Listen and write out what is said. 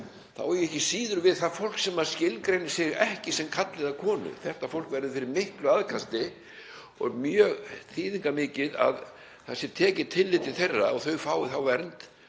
þá á ég ekki síður við það fólk sem skilgreinir sig ekki sem karl eða konu. Þetta fólk verður fyrir miklu aðkasti og er mjög þýðingarmikið að tekið sé tillit til þeirra og þau fái þá vernd